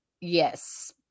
Yes